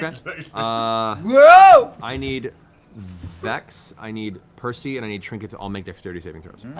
yeah ah i need vex, i need percy, and i need trinket to all make dexterity saving throws.